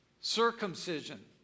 circumcision